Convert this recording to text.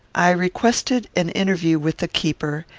i requested an interview with the keeper,